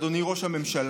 אדוני ראש הממשלה.